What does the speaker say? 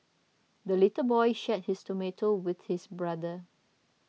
the little boy shared his tomato with his brother